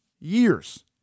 years